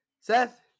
Seth